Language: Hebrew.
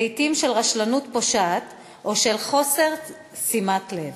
לעתים של רשלנות פושעת, או של חוסר שימת לב.